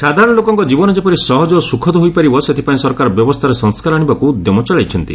ସାଧାରଣ ଲୋକଙ୍କ ଜୀବନ ଯେପରି ସହଜ ଓ ସୁଖଦ ହୋଇପାରିବ ସେଥିପାଇଁ ସରକାର ବ୍ୟବସ୍ଥାରେ ସଂସ୍କାର ଆଶିବାକୁ ଉଦ୍ୟମ ଚଳାଇଛନ୍ତି